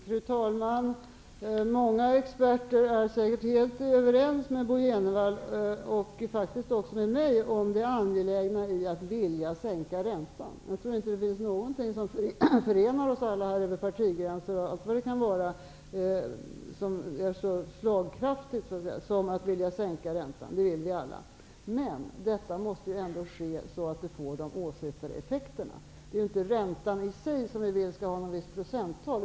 Fru talman! Många experter är säkert helt överens med Bo Jenevall och faktiskt även med mig om det angelägna i att sänka räntan. Jag tror inte att det finns någonting som förenar oss alla, över partigränser och allt vad det kan vara, som är så slagkraftigt som viljan att sänka räntan. Det vill vi alla. Men detta måste ske så att det får de åsyftade effekterna. Det är inte räntan i sig vi vill skall ha ett visst procenttal.